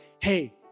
Hey